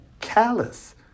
callous